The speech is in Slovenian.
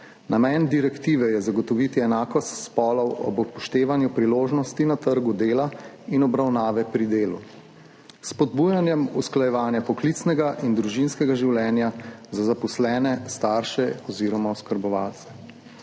Namen direktive je zagotoviti enakost spolov ob upoštevanju priložnosti na trgu dela in obravnave pri delu s spodbujanjem usklajevanja poklicnega in družinskega življenja za zaposlene starše oziroma oskrbovalce.